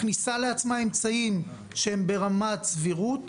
מכניסה לעצמה אמצעים שהם ברמת סבירות.